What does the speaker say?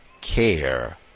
care